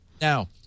Now